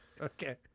okay